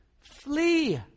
flee